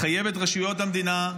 לחייב את רשויות המדינה,